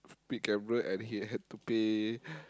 speed camera and he had to pay